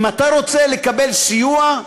אם אתה רוצה לקבל סיוע,